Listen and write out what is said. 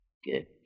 Good